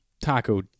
taco